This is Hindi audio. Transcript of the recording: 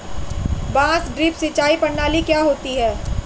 बांस ड्रिप सिंचाई प्रणाली क्या होती है?